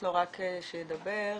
לא היה מין אנושי בלי סמים,